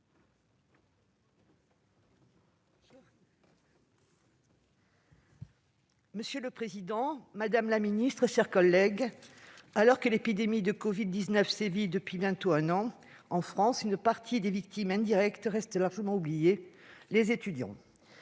Monsieur le président, madame la ministre, mes chers collègues, alors que l'épidémie de covid-19 sévit depuis bientôt un an en France, une partie des victimes indirectes reste largement oubliée : les étudiants.